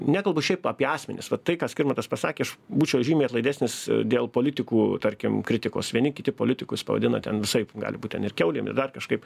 nekalbu šiaip apie asmenis vat tai kas skirmantas pasakė aš būčiau žymiai atlaidesnis dėl politikų tarkim kritikos vieni kiti politikus pavadina ten visaip gali būt ten ir kiaulėm ir dar kažkaip